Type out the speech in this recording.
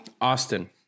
Austin